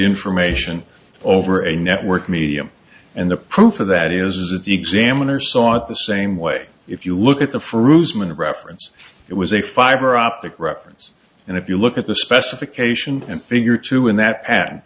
information over a network medium and the proof of that is that the examiner saw it the same way if you look at the for mn reference it was a fiberoptic reference and if you look at the specification and figure two in that pat